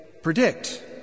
predict